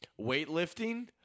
weightlifting